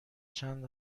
چند